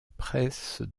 presse